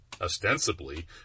ostensibly